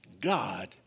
God